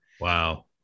Wow